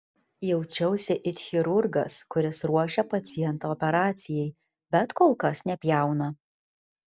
jaučiausi it chirurgas kuris ruošia pacientą operacijai bet kol kas nepjauna